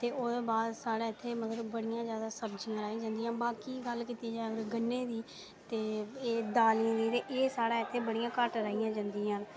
ते ओह्दे बाद साढ़े इत्थै मतलब बड़ियां जादै सब्जियां राहियां जंदियां बाकी गल्ल कीती जा अगर गन्ने दी तां दालीं दी ते एह् इत्थै साढ़े बड़ियां घट्ट राही जंदियां